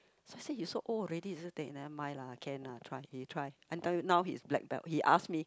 so I say he so old already he still take never mind lah can lah try he try then tell you now he black belt he ask me